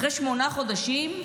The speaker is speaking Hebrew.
אחרי שמונה חודשים,